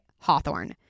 Hawthorne